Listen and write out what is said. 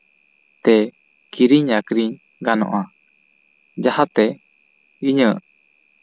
ᱛᱮ ᱠᱤᱨᱤᱧ ᱟᱠᱷᱨᱤᱧ ᱜᱟᱱᱚᱜᱼᱟ ᱡᱟᱦᱟᱸᱛᱮ ᱤᱧᱟᱹᱜ